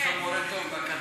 לו מורה טוב בקדנציה,